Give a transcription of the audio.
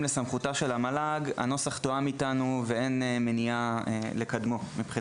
לסמכותה של המל"ג ואין מניעה לקדמו.